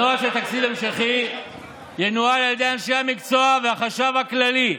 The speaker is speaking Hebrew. הנוהל של תקציב המשכי ינוהל על ידי אנשי המקצוע והחשב הכללי.